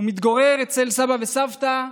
מתגורר אצל סבא וסבתא,